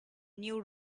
new